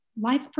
life